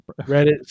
Reddit